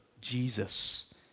Jesus